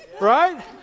right